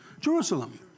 Jerusalem